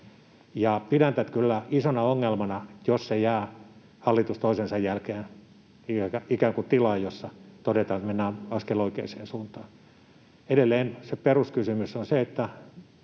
Pidän tätä kyllä isona ongelmana, jos tämä jää hallitus toisensa jälkeen ikään kuin tilaan, jossa todetaan, että mennään askel oikeaan suuntaan. Edelleen se peruskysymys on se, että